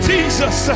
Jesus